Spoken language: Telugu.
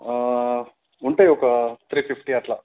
ఉంటాయి ఒక త్రీ ఫిఫ్టీ అట్లా